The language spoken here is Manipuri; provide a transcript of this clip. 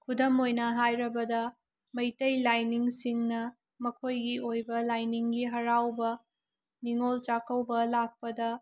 ꯈꯨꯗꯝ ꯑꯣꯏꯅ ꯍꯥꯏꯔꯕꯗ ꯃꯩꯇꯩ ꯂꯥꯏꯅꯤꯡꯁꯤꯡꯅ ꯃꯈꯣꯏꯒꯤ ꯑꯣꯏꯕ ꯂꯥꯏꯅꯤꯡꯒꯤ ꯍꯔꯥꯎꯕ ꯅꯤꯉꯣꯜ ꯆꯥꯛꯀꯧꯕ ꯂꯥꯛꯄꯗ